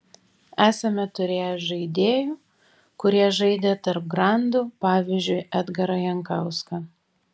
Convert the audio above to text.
esame turėję žaidėjų kurie žaidė tarp grandų pavyzdžiui edgarą jankauską